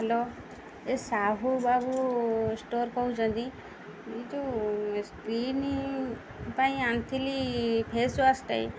hello ଏ Sahu Babu store କହୁନ୍ତି ଏଇ ଯେଉଁ ସ୍କିନ୍ ପାଇଁ ଆଣିଥିଲି ଫେସ୍ ୱାଶ୍ଟାଏ